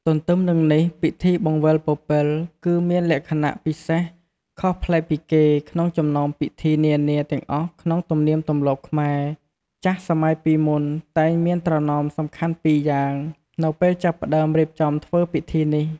ទន្ទឹមនឹងនេះ ពិធីបង្វិលពពិល គឺ មានលក្ខណៈពិសេសខុសប្លែកពីគេ ក្នុងចំណោមពិធីនានាទាំងអស់ក្នុងទំនៀមទម្លាប់ខ្មែរ ។ ចាស់សម័យមុនតែងមានត្រណមសំខាន់ពីរយ៉ាងនៅពេលចាប់ផ្តើមរៀបចំធ្វើពិធីនេះ។